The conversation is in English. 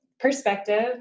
perspective